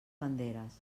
banderes